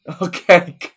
Okay